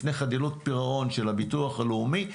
לפני חדלות פירעון של הביטוח הלאומי,